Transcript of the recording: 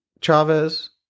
Chavez